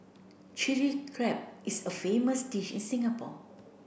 Chilli Crab is a famous dish in Singapore